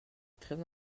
très